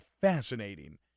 fascinating